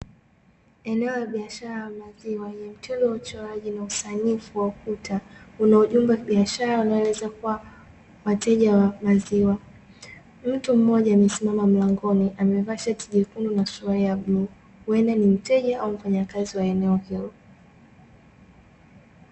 Eneo la biashara la maziwa lenye mtindo wa uchoraji na usanifu wa ukuta una ujumbe wa biashara unaoeleza kuwa wateja wa maziwa mtu mmoja amesimama mlangoni amevaa shati jekundu na suruali ya bluu wenda ni mteja au mfanyakazi wa eneo hilo.